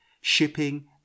shipping